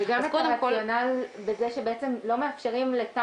וגם את הרציונל בזה שבעצם לא מאפשרים לתא